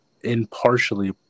impartially